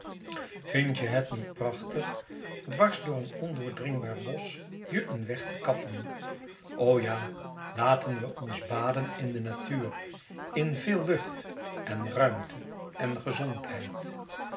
vindt je het niet prachtig dwars door een ondoordringbaar bosch je een weg te kappen o ja laten we ons baden in de natuur in veel lucht en ruimte en gezondheid